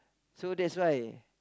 so that's why